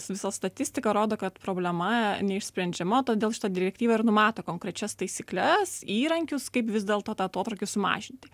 visos statistika rodo kad problema neišsprendžiama todėl šita direktyva ir numato konkrečias taisykles įrankius kaip vis dėlto tą atotrūkį sumažinti